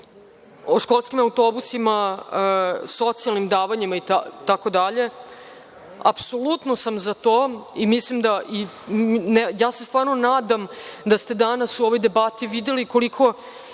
o školskim autobusima, socijalnim davanjima, itd, apsolutno sam za to i stvarno se nadam da ste danas u ovoj debati videli koliko